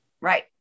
Right